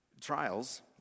trials